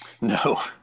No